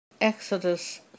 Exodus